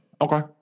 Okay